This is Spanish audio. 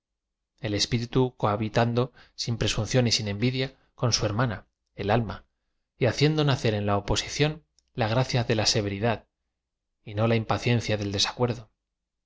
el espíritu cohabitan do sin presunción y sin envidia con su hermana el alm a y haciendo nacer en ia oposición ia gra cia de la severidad y no la impaciencia det desacuerdo